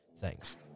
Thanks